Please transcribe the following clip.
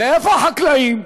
ואיפה החקלאים?